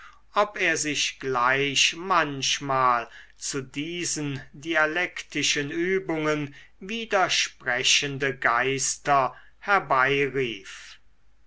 ob er sich gleich manchmal zu diesen dialektischen übungen widersprechende geister herbeirief